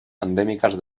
endèmiques